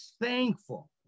thankful